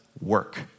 work